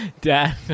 Dad